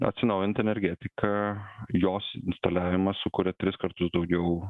atsinaujinti energetika jos instaliavimas sukuria tris kartus daugiau